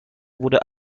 wurde